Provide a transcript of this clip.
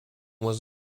was